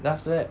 then after that